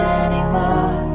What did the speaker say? anymore